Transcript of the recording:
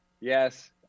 yes